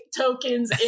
tokens